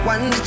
One